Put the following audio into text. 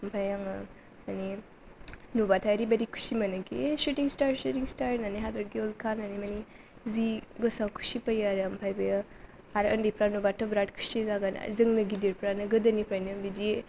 ओमफाय आङो माने नुब्लाथाय ओरैबायदि खुसि मोनो खि सुटिं स्टार सुटिं स्टार होननानै हाथरखि उल्खा होननानै माने जि गोसोआव खुसि फैयो आरो ओमफाय बेयो आरो उन्दैफ्रा नुबाथ' बिराथ खुसि जागोन जोंनो गिदिरफ्रानो गोदोनिफ्रायनो बिदि